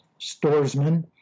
storesman